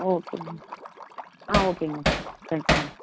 ஓகேங்க மேம் ஆ ஓகேங்க மேம் தேங்க் யூ மேம்